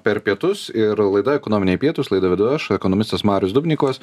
per pietus ir laida ekonominiai pietūs laidą vedu aš ekonomistas marius dubnikovas